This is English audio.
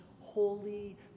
holy